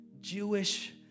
Jewish